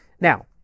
Now